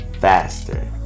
faster